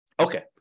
Okay